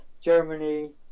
Germany